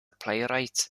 playwright